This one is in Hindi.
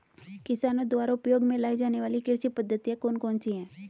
किसानों द्वारा उपयोग में लाई जाने वाली कृषि पद्धतियाँ कौन कौन सी हैं?